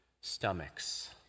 stomachs